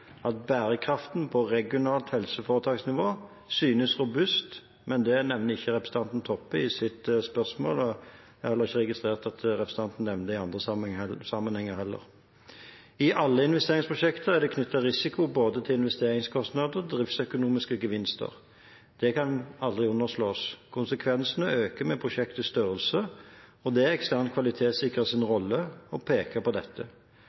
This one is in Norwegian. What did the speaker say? at bærekraften på regionalt helseforetaksnivå synes robust, men det nevner ikke representanten Toppe i sitt spørsmål, og jeg har ikke registrert at representanten nevner det i andre sammenhenger heller. I alle investeringsprosjekter er det knyttet risiko til både investeringskostnader og driftsøkonomiske gevinster. Det kan aldri underslås. Konsekvensene øker med prosjektets størrelse, og det er ekstern kvalitetssikrers rolle å peke på dette.